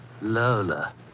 Lola